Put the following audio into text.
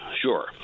sure